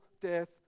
death